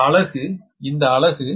இந்த அலகு is இந்த அலகு